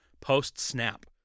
post-snap